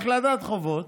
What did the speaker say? הכנסת חובות.